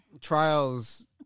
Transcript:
Trials